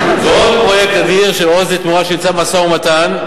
ועוד פרויקט אדיר, "עוז לתמורה", שנמצא במשא-ומתן,